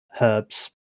herbs